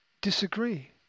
disagree